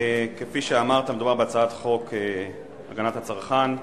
תודה רבה, כפי שאמרת, מדובר בהצעת חוק הגנת הצרכן,